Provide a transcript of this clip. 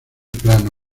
plano